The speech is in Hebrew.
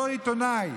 אותו עיתונאי,